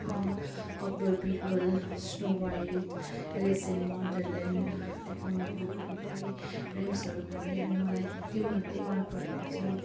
Akbar Birbal Snow White lesson wonderland त्यो comic बुकहरू पढेँ राइम्सहरू पढेँ अनि मलाई त्योमध्ये मनपरेको चाहिँ